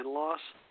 loss